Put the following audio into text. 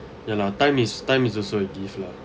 ya lah time is time is also a gift lah